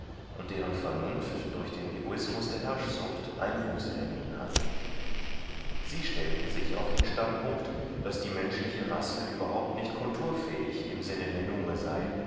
und deren vernunft durch den egoismus der herrschsucht einbuße erlitten hatte sie stellten sich auf den standpunkt daß die menschliche rasse überhaupt nicht kulturfähig im sinne der nume sei